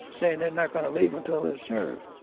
saying they're not going to leave until they're served.